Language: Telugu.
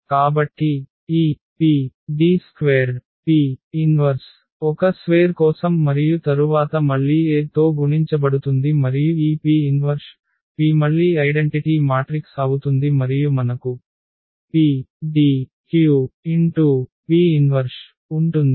కాబట్టి ఈ PD2P 1 ఒక స్వేర్ కోసం మరియు తరువాత మళ్ళీ A తో గుణించబడుతుంది మరియు ఈ P గా P మళ్ళీ ఐడెంటిటీ మాట్రిక్స్ అవుతుంది మరియు మనకు PDQ P ఇన్వర్ష్ ఉంటుంది